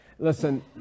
Listen